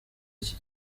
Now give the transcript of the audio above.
iki